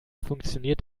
funktioniert